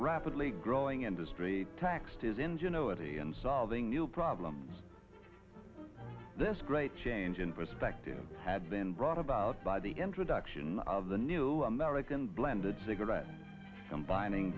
rapidly growing industry taxed his ingenuity and solving new problems this great change in perspective had been brought about by the introduction of the new american blended cigarette combining